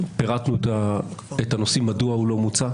פירטנו את הנושאים מדוע הוא לא מוצה.